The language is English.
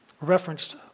referenced